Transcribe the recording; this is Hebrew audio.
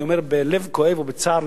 אני אומר בלב כואב ובצער,